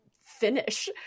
finish